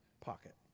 pocket